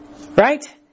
Right